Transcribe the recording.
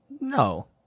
No